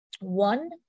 One